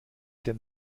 denn